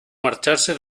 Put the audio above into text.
marcharse